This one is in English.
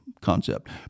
concept